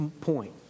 point